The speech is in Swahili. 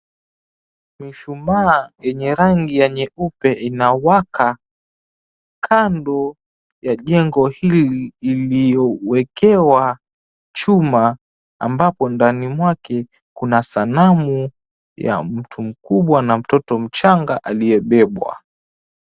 Mshumaa yanye rangi ya nyeupe inawaka kando ya jengo hili iliyowekewa chuma ambapo ndani mwake kuna sanamu ya mtu mkubwa na mtoto mchanga aliyebebwa.